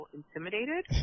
intimidated